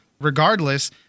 regardless